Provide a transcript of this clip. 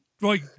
Right